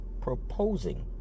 proposing